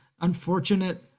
unfortunate